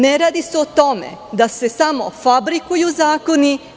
Ne radi se o tome da se samo fabrikuju zakoni.